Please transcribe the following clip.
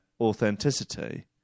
authenticity